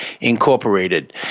Incorporated